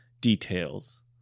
details